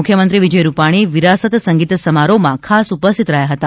મુખ્યમંત્રી વિજય રૂપાણી વિરાસત સંગીત સમારોહમાં ખાસ ઉપસ્થિત રહ્યા હતા